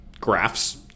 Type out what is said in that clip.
graphs